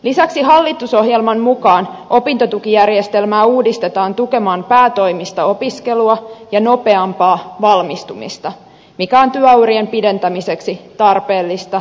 lisäksi hallitusohjelman mukaan opintotukijärjestelmää uudistetaan tukemaan päätoimista opiskelua ja nopeampaa valmistumista mikä on työurien pidentämiseksi tarpeellista ja järkevää